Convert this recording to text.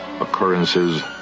occurrences